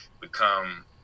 become